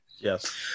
yes